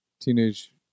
teenage